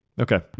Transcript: Okay